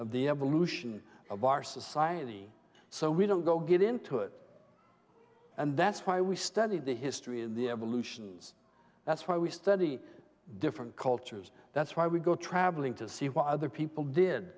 of the evolution of our society so we don't go get into it and that's why we study the history in the evolutions that's why we study different cultures that's why we go travelling to see what other people did